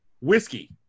whiskey